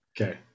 Okay